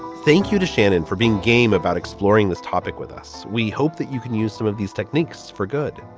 thank you to shannon for being game about exploring this topic with us. we hope that you can use some of these techniques for good.